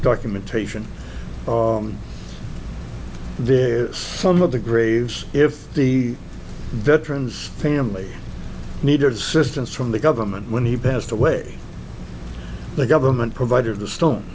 documentation there is some of the graves if the veterans family needed systems from the government when he passed away the government provided the stone